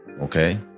okay